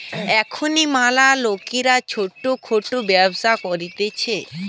এখুন ম্যালা লোকরা ছোট খাটো ব্যবসা করতিছে